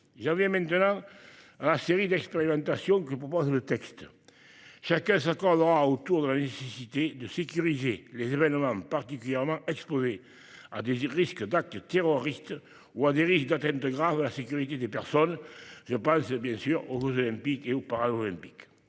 J'en viens maintenant à la série d'expérimentations que proposent les auteurs du texte. Chacun s'accordera autour de la nécessité de sécuriser les événements particulièrement exposés à des risques d'actes de terrorisme ou d'atteintes graves à la sécurité des personnes. Je pense bien évidemment aux jeux Olympiques et Paralympiques.